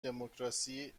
دموکراسی